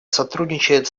сотрудничает